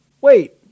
wait